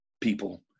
people